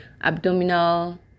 abdominal